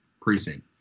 precinct